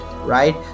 right